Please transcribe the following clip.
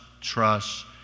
trust